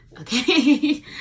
Okay